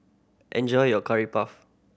enjoy your Curry Puff